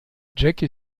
jackie